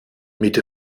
mit